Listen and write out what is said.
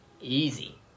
easy